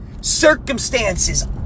Circumstances